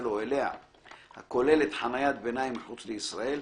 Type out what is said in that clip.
או אליה הכוללת חניית ביניים מחוץ לישראל,